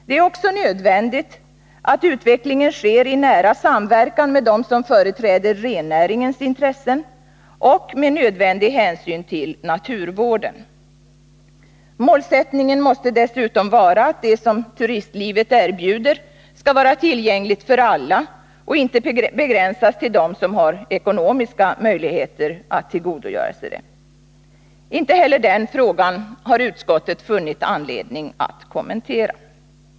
Det är också nödvändigt att utvecklingen sker i nära samverkan med dem som företräder rennäringens intressen och med nödvändig hänsyn till naturvården. Målet måste dessutom vara att det som turistlivet erbjuder skall vara tillgängligt för alla och inte begränsas till dem som har ekonomiska möjligheter att tillgodogöra sig det. Inte heller den frågan har utskottet funnit anledning att kommentera.